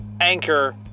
Anchor